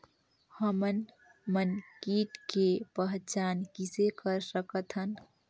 हमन मन कीट के पहचान किसे कर सकथन?